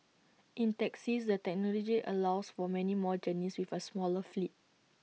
in taxis the technology allows for many more journeys with A smaller fleet